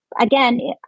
again